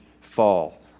fall